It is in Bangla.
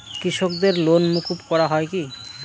কৃষকদের লোন মুকুব করা হয় কি?